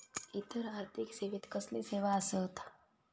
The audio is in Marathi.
इतर आर्थिक सेवेत कसले सेवा आसत?